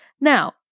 Now